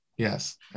Yes